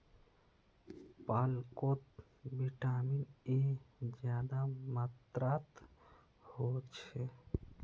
पालकोत vitamin A ज्यादा मात्रात होछे